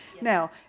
Now